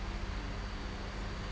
activity